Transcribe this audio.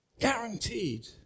guaranteed